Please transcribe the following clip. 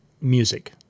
music